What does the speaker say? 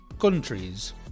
countries